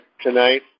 tonight